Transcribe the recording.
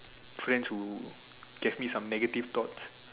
friends who gave me some negative thoughts